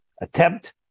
attempt